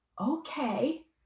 Okay